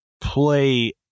play